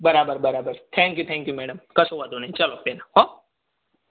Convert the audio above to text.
બરાબર બરાબર thank you thank you madam કશો વાંધો નહીં ચાલો બેન હોં